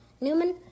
Newman